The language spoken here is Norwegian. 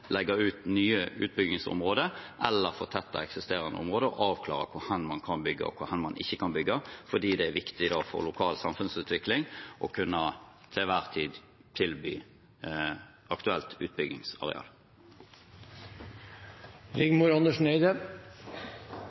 legge ut nye utbyggingsområder eller fortette eksisterende områder og avklare hvor hen man kan bygge og ikke, fordi det er viktig for lokal samfunnsutvikling til enhver tid å kunne tilby aktuelt